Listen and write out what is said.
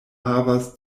havas